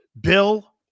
Bill